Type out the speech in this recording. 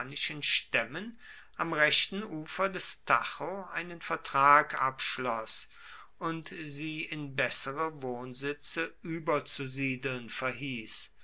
stämmen am rechten ufer des tajo einen vertrag abschloß und sie in bessere wohnsitze überzusiedeln verhieß